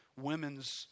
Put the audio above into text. women's